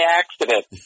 accident